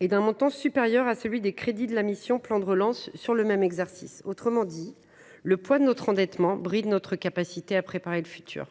est d’un montant supérieur à celui des crédits de la mission « Plan de relance » sur le même exercice. Autrement dit, le poids de notre endettement bride notre capacité à préparer l’avenir.